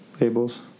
Labels